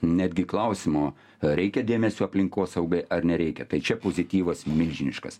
netgi klausimo reikia dėmesio aplinkosaugai ar nereikia tai čia pozityvas milžiniškas